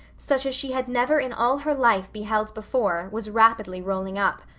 such as she had never in all her life beheld before, was rapidly rolling up.